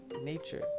nature